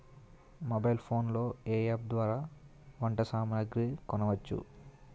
Mobile phone లో ఏ app ద్వారా పంట సామాగ్రి కొనచ్చు?